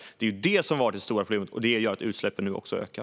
Det är detta som har varit det stora problemet, och det gör att utsläppen nu också ökar.